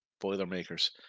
Boilermakers